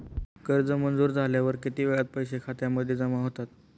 कर्ज मंजूर झाल्यावर किती वेळात पैसे खात्यामध्ये जमा होतात?